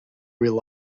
real